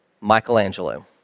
Michelangelo